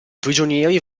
prigionieri